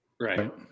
Right